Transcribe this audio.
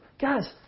Guys